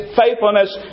faithfulness